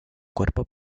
cuerpo